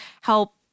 help